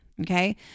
Okay